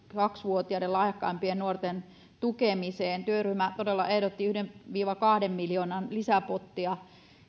vuotiaiden lahjakkaimpien nuorten tukemiseen työryhmä todella ehdotti yhden viiva kahden miljoonan lisäpottia